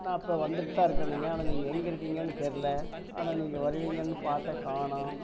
நான் இப்போ வந்துவிட்டு தான் இருக்கேனுங்க ஆனால் நீங்கள் எங்கே இருக்கிங்கன்னு தெரியல ஆனால் நீங்கள் வருவீங்கன்னு பார்த்தேன் காணோம்